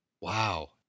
wow